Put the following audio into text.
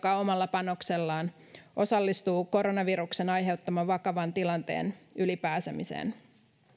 omalla panoksellaan osallistuu koronaviruksen aiheuttaman vakavan tilanteen yli pääsemiseen